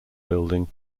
building